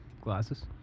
glasses